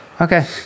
Okay